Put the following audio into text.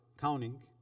counting